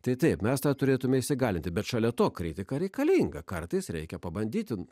tai taip mes turėtumėme įsigalinti bet šalia to kritika reikalinga kartais reikia pabandyti